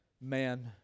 man